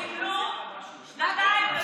לא, לא, אורנה, הם קיבלו שנתיים.